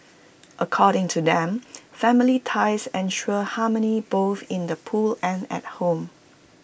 according to them family ties ensure harmony both in the pool and at home